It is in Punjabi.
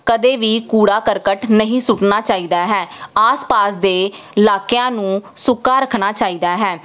ਕਦੇ ਵੀ ਕੂੜਾ ਕਰਕਟ ਨਹੀਂ ਸੁੱਟਣਾ ਚਾਹੀਦਾ ਹੈ ਆਸ ਪਾਸ ਦੇ ਇਲਾਕਿਆਂ ਨੂੰ ਸੁੱਕਾ ਰੱਖਣਾ ਚਾਹੀਦਾ ਹੈ